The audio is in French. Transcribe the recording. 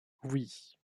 oui